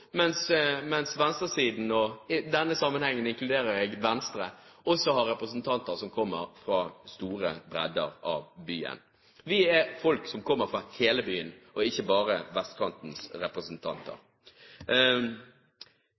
denne sammenhengen inkluderer jeg Venstre – har representanter fra en stor bredde av byen. Vi er folk som kommer fra hele byen, og er ikke bare vestkantens representanter.